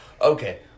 okay